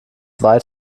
weit